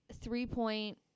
three-point